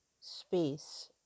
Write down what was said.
space